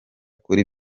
kuri